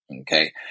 okay